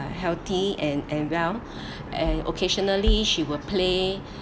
uh healthy and and well and occasionally she would play